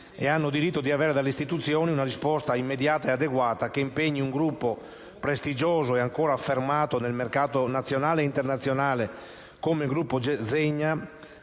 e hanno diritto di avere dalle istituzioni una risposta immediata e adeguata che impegni il gruppo Zegna, un gruppo prestigioso e ancora affermato nel mercato nazionale e internazionale, a recedere